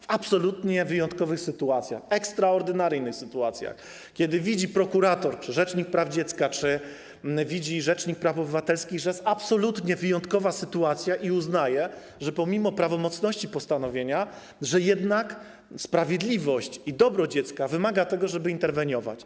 W absolutnie wyjątkowych sytuacjach, w ekstraordynaryjnych sytuacjach, kiedy prokurator, rzecznik praw dziecka czy rzecznik praw obywatelskich widzą, że jest absolutnie wyjątkowa sytuacja i uznają, że pomimo prawomocności postanowienia, jednak sprawiedliwość i dobro dziecka wymaga tego, żeby interweniować.